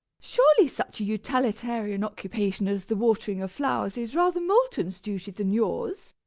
surely such a utilitarian occupation as the watering of flowers is rather moulton's duty than yours?